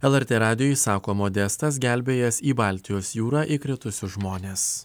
lrt radijui sako modestas gelbėjęs į baltijos jūrą įkritusius žmones